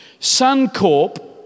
Suncorp